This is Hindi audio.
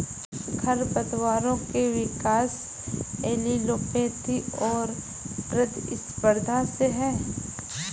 खरपतवारों के विकास एलीलोपैथी और प्रतिस्पर्धा से है